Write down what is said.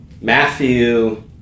Matthew